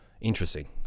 interesting